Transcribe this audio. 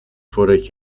voordat